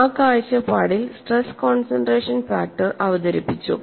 ആ കാഴ്ചപ്പാടിൽ stress concentration factor അവതരിപ്പിച്ചു